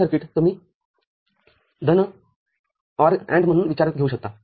तेच सर्किट तुम्ही धन OR AND म्हणून विचारात घेऊ शकता